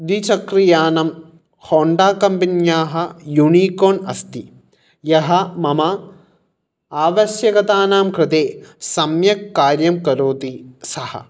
द्विचक्रियानं Honda कम्पन्याः Unicorn अस्ति यः मम आवश्यकतानां कृते सम्यक् कार्यं करोति सः